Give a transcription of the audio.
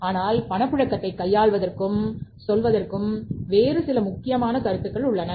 ஆனால் பணப்புழக்கத்தைக் கையாள்வதற்கும் சொல்வதற்கும் வேறு சில முக்கியமான கருத்துக்கள் உள்ளன